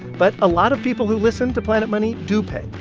but a lot of people who listen to planet money do pay.